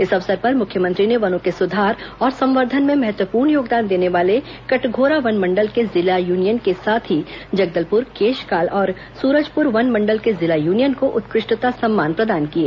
इस अवसर पर मुख्यमंत्री ने वनों के सुधार और संवर्धन में महत्वपूर्ण योगदान देने वाले कटघोरा वन मंडल के जिला यूनियन के साथ ही जगदलपुर केशकाल और सुरजपुर वन मंडल के जिला यूनियन को उत्कृष्टता सम्मान प्रदान किए